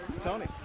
Tony